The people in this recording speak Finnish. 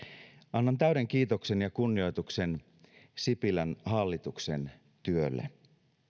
annan täyden kiitoksen ja kunnioituksen sipilän hallituksen työlle